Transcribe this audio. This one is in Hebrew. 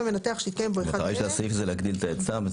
מנתח שהתקיים בו אחד מאלה:" המטרה של הסעיף זה להגדיל את ההיצע.